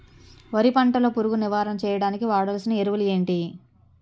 వరి పంట లో పురుగు నివారణ చేయడానికి వాడాల్సిన ఎరువులు ఏంటి?